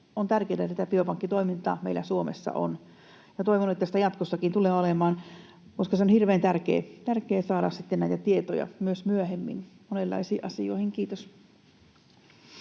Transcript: on tärkeätä, että tätä biopankkitoimintaa meillä Suomessa on, ja toivon, että sitä jatkossakin tulee olemaan, koska on hirveän tärkeä saada näitä tietoja sitten myös myöhemmin monenlaisiin asioihin. — Kiitos.